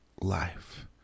life